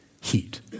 heat